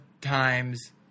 times